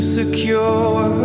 Secure